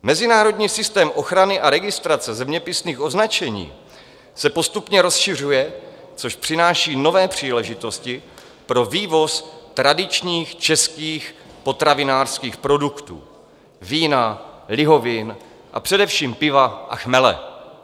Mezinárodní systém ochrany a registrace zeměpisných označení se postupně rozšiřuje, což přináší nové příležitosti pro vývoz tradičních českých potravinářských produktů vína, lihovin, a především piva a chmele.